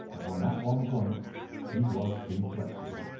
upon that one point he was inflexible.